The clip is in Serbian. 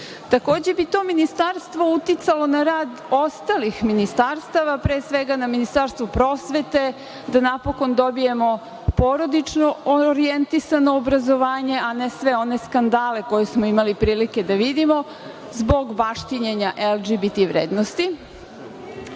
Takođe, bi to ministarstvo uticalo na rad ostalih ministarstava, pre svega na Ministarstvo prosvete, da napokon dobijemo porodično orijentisano obrazovanje, a ne sve one skandale koje smo imali prilike da vidimo zbog baštinjenja LGBT vrednosti,